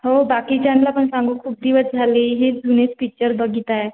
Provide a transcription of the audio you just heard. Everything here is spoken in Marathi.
हो बाकीच्यांना पण सांगू खूप दिवस झाले हेच जुनेच पिक्चर बघत आहे